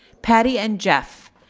patti and jeff.